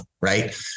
right